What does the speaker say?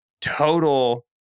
total